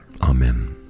Amen